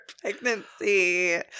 pregnancy